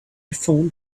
phoned